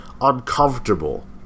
uncomfortable